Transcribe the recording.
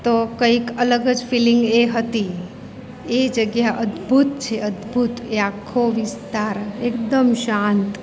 તો કંઈક અલગ જ ફિલિંગ એ હતી એ જગ્યા અદ્ભુત છે અદ્ભુત એ આખો વિસ્તાર એકદમ શાંત